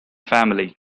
family